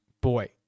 boy